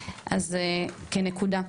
אז כנקודה.